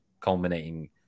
culminating